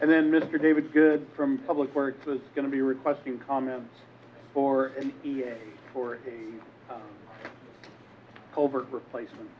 and then mr david good from public works is going to be requesting comment for for over replacement